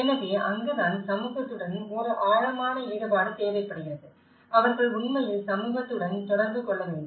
எனவே அங்குதான் சமூகத்துடன் ஒரு ஆழமான ஈடுபாடு தேவைப்படுகிறது அவர்கள் உண்மையில் சமூகத்துடன் தொடர்பு கொள்ள வேண்டும்